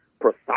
precise